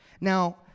Now